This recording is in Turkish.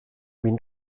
bin